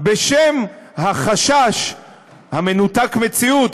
בשם החשש המנותק מציאות,